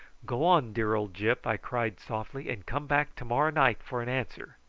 go on, dear old gyp, i cried softly and come back to-morrow night for an answer.